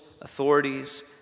authorities